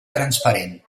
transparent